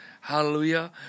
Hallelujah